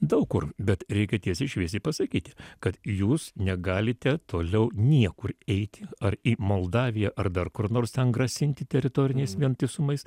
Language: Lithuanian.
daug kur bet reikia tiesiai šviesiai pasakyti kad jūs negalite toliau niekur eiti ar į moldaviją ar dar kur nors ten grasinti teritoriniais vientisumais